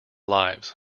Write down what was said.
lives